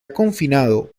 confinado